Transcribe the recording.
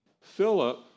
Philip